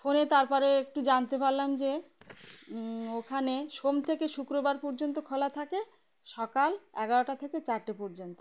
ফোনে তার পরে একটু জানতে পারলাম যে ওখানে সোম থেকে শুক্রবার পর্যন্ত খোলা থাকে সকাল এগারোটা থেকে চারটে পর্যন্ত